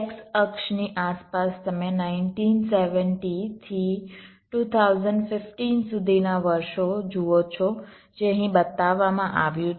x અક્ષની આસપાસ તમે 1970 થી 2015 સુધીના વર્ષો જુઓ છો જે અહીં બતાવવામાં આવ્યું છે